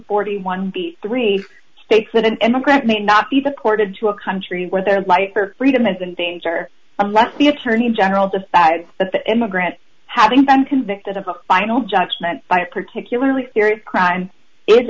forty one b three states that an immigrant may not be the court of to a country where their life or freedom is and things are unless the attorney general the fact is that the immigrant having been convicted of a final judgment by a particularly serious crime is